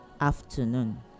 afternoon